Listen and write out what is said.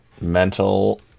Mental